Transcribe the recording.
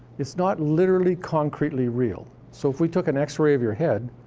it's not literally concretely real. so if we took an x-ray of your head,